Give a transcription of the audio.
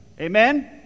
Amen